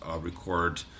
record